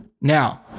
now